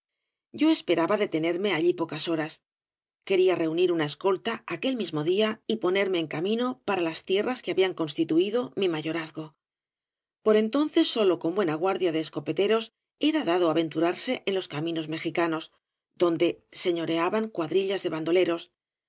yo esperaba detenerme allí pocas horas quería reunir una escolta aquel mismo día y ponerme en camino para las tierras que habían constituido mi mayorazgo por entonces sólo con buena guardia de escopeteros era dado aventurarse en los caminos mexicanos donde señoreaban cua obras de